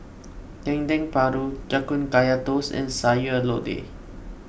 Dendeng Paru Ya Kun Kaya Toast and Sayur Lodeh